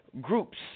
groups